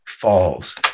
falls